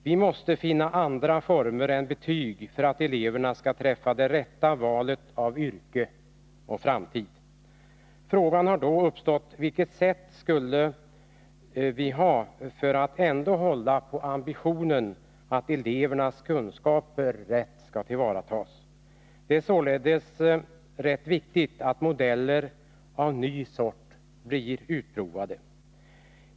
Vi måste finna andra former än betyg för att eleverna skall träffa det rätta valet av yrke och framtid. Frågan har då uppstått på vilket sätt vi då ändå skulle kunna upprätthålla ambitionen att elevernas kunskaper rätt skall tillvaratas. Det är således rätt viktigt att modeller av ny sort blir utprovade.